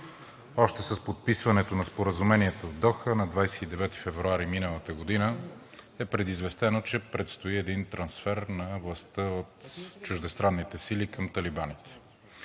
Още с подписването на споразумението в Доха на 29 февруари миналата година е предизвестено, че предстои един трансфер на властта от чуждестранните сили към талибаните.